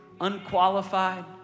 unqualified